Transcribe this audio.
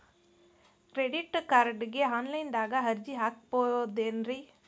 Credit ಕಾರ್ಡ್ಗೆ online ದಾಗ ಅರ್ಜಿ ಹಾಕ್ಬಹುದೇನ್ರಿ?